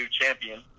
champion